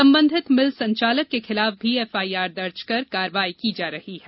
संबंधित मिल संचालक के खिलाफ भी एफआईआर दर्ज कर कार्रवाई की जा रही है